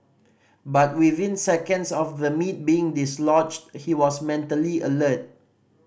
but within seconds of the meat being dislodged he was mentally alert